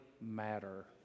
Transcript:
matter